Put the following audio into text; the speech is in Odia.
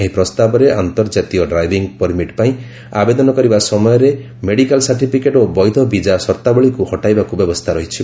ଏହି ପ୍ରସ୍ତାବରେ ଆନ୍ତର୍ଜାତୀୟ ଡ୍ରାଇଭିଂ ପରମିଟ୍ ପାଇଁ ଆବେଦନ କରିବା ସମୟରେ ମେଡ଼ିକାଲ ସାର୍ଟିଫିକେଟ୍ ଓ ବୈଧ ବିଜା ସର୍ତ୍ତାବଳୀକୁ ହଟାଇବାକୁ ବ୍ୟବସ୍ଥା ରହିଛି